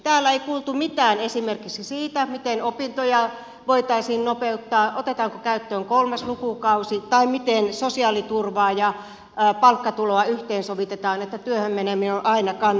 täällä ei kuultu mitään esimerkiksi siitä miten opintoja voitaisiin nopeuttaa otetaanko käyttöön kolmas lukukausi tai miten sosiaaliturvaa ja palkkatuloa yhteensovitetaan että työhön meneminen on aina kannustavaa